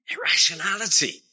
irrationality